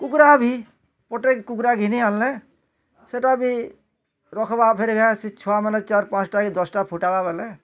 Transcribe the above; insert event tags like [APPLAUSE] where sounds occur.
କୁକୁଡ଼ା ବି ଗୁଟେ କୁକୁଡ଼ା ଘିନି ଆଣିଲେ ସେଟା ବି ରଖ୍ବା [UNINTELLIGIBLE] ସେ ଛୁଆ ମାନେ ଚାର ପାଞ୍ଚ ଟା ଏ ଦଶ ଟା ଫୁଟାବା ବୋଲେ